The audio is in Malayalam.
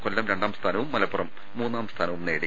കൊല്ലം രണ്ടാംസ്ഥാനവും മലപ്പുറം മൂന്നാം സ്ഥാനവും നേടി